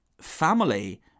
family